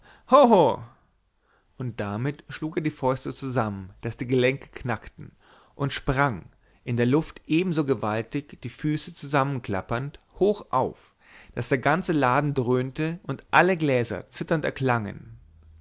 und damit schlug er die fäuste zusammen daß die gelenke knackten und sprang in der luft ebenso gewaltig die füße zusammenklappend hoch auf daß der ganze laden dröhnte und alle gläser zitternd erklangen